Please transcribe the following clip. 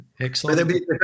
Excellent